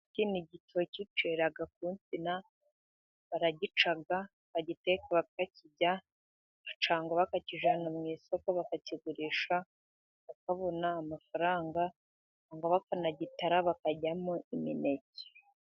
iki ni igitoki cyera ku nsina baragica bakakirya cyangwa bakakijyana mu isoko bakakigurisha babona amafaranga bakanagitara bakaryamo imineke.